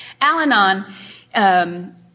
Al-Anon